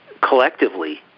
collectively